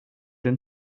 den